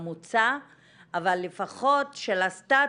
המוצא אבל לפחות של הסטאטוס.